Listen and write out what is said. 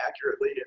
accurately